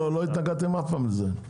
לא התנגדתם לזה מעולם.